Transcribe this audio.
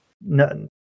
No